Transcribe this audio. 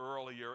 earlier